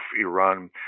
Iran